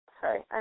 Sorry